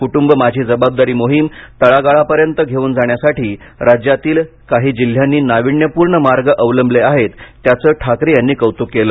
ही मोहीम तळागाळापर्यंत घेऊन जाण्यासाठी राज्यातील काही जिल्ह्यांनी नाविन्यपूर्ण मार्ग अवलंबले आहेत त्याचं ठाकरे यांनी कौतुक केलं